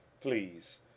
please